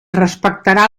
respectarà